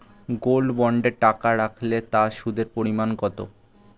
Gold বন্ডে টাকা রাখলে তা সুদের পরিমাণ কত?